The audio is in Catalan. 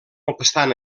obstant